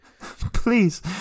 Please